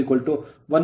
033 80 77